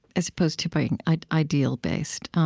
as opposed to being ideal-based.